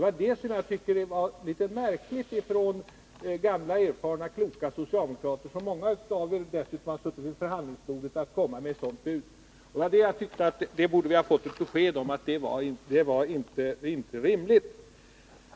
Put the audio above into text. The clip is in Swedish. Jag tyckte att det var litet märkligt att från gamla kloka och erfarna socialdemokrater — många av dem har dessutom suttit vid förhandlingsbordet — få ett sådant bud. Vi borde ha fått ett besked om att det inte var rimligt.